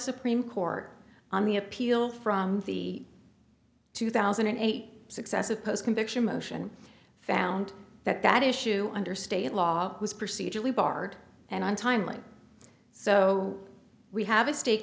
supreme court on the appeal from the two thousand and eight successive post conviction motion found that that issue under state law was procedurally barred and untimely so we have a state